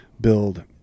build